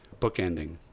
bookending